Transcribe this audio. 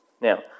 now